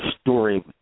story